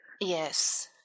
Yes